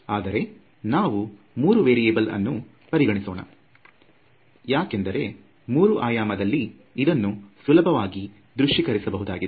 ಆದರೆ ನಾವು ಮೂರು ವೇರಿಯೆಬಲ್ ಅನ್ನು ಪರಿಗಣಿಸೋಣ ಯಾಕೆಂದರೆ 3 ಆಯಾಮದಲ್ಲಿ ಇದನ್ನು ಸುಲಭವಾಗಿ ದೃಶ್ಶಿಕರಿಸಬಹುದಾಗಿದೆ